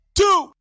two